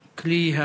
והכלי,